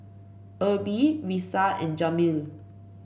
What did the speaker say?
Erby Risa and Jameel